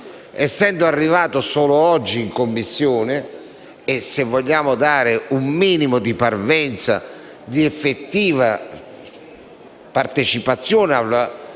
essendo arrivato solo oggi in Commissione. Se vogliamo dare un minimo di parvenza di effettiva partecipazione al processo